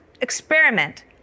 experiment